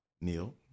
Neil